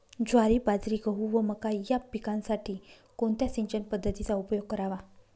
ज्वारी, बाजरी, गहू व मका या पिकांसाठी कोणत्या सिंचन पद्धतीचा उपयोग करावा?